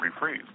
refreeze